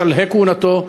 בשלהי כהונתו,